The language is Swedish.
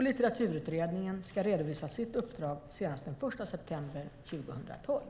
Litteraturutredningen ska redovisa sitt uppdrag senast den 1 september 2012.